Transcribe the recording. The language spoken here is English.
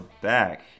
back